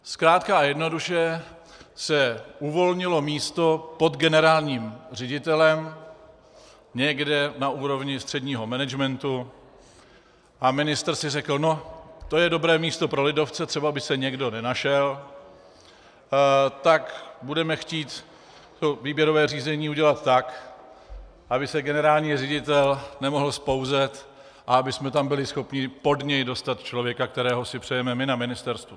Zkrátka a jednoduše se uvolnilo místo pod generálním ředitelem někde na úrovni středního managementu a ministr si řekl: No, to je dobré místo pro lidovce, třeba by se někdo nenašel, tak budeme chtít to výběrové řízení udělat tak, aby se generální ředitel nemohl vzpouzet a abychom byli schopni pod něj dostat člověka, kterého si přejeme my na ministerstvu.